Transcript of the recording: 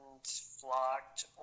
Flocked